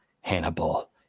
Hannibal